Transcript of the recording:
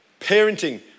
Parenting